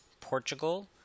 Portugal